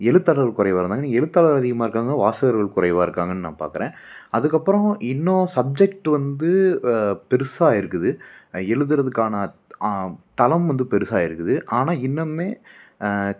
எழுத்தாளர்கள் குறைவாக இருந்தாங்க எழுத்தாளர்கள் அதிகமாக இருக்காங்க வாசகர்கள் குறைவாக இருக்காங்கனு நான் பார்க்குறேன் அதுக்கப்புறம் இன்னும் சப்ஜெக்ட் வந்து பெருசாயிருக்குது எழுதுறதுக்கான அத் தளம் வந்து பெருசாயிருக்குது ஆனால் இன்னமுமே